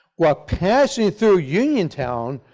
while passing through uniontown,